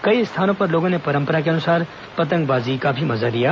कई स्थानों पर लोगों ने परंपरा के अनुसार पतंगबाजी का भी मजा लिया